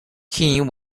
king